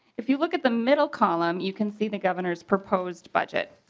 if you look at the middle column you can see the governor's proposed budget.